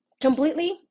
completely